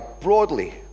broadly